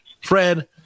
Fred